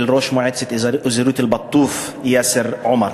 ראש המועצה האזורית אל-בטוף יאסר עומר,